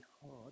hard